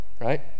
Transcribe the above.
right